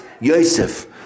Yosef